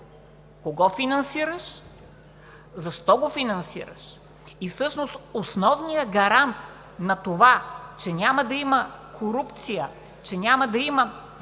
кого финансираш и защо го финансираш. Всъщност основният гарант за това, че няма да има корупция, че няма да има скрито